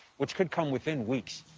which could come within weeks.